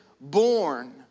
born